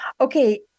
Okay